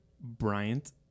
Bryant